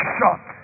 shot